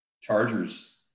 chargers